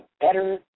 better